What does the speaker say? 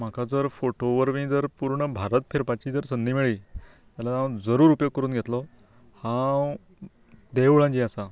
म्हाका जर फोटो वरवीं जर पूर्ण भारत फिरपाची जर संदी मेळी जाल्यार हांव जरूर उपयोग करून घेतलों हांव देवळां जीं आसात